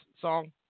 song